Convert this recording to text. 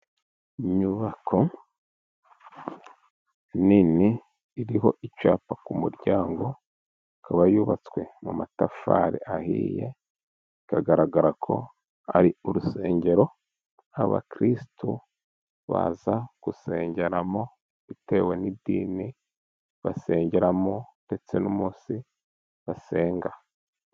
Inyubako nini iriho icyapa ku muryango, ikaba yubatswe mu matafari ahiye, bikagaragara ko ari urusengero abakirisitu baza gusengeramo bitewe n'idini basengeramo, ndetse n'umunsi basenga.